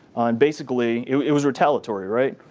and basically, it was retaliatory, right?